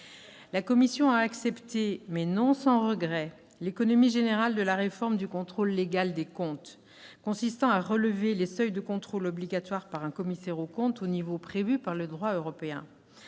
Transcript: La commission spéciale a accepté, non sans regret, l'économie générale de la réforme du contrôle légal des comptes, consistant à relever les seuils de contrôle obligatoire par un commissaire aux comptes au niveau prévu par le droit européen.